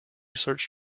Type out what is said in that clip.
search